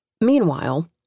Meanwhile